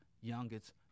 youngest